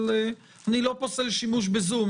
אני לא פוסל דיון בזום,